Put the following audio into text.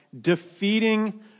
defeating